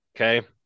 okay